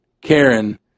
Karen